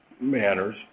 manners